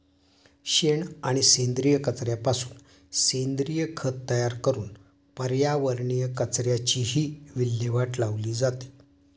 शेण आणि सेंद्रिय कचऱ्यापासून सेंद्रिय खत तयार करून पर्यावरणीय कचऱ्याचीही विल्हेवाट लावली जाते